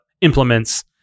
implements